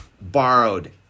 borrowed